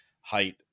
height